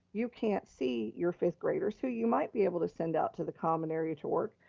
you can't see your fifth graders, who you might be able to send out to the common area to work,